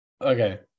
okay